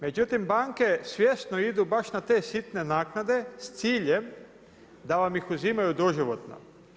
Međutim, banke svjesno idu baš na te sitne naknade s ciljem da vam ih uzimaju doživotno.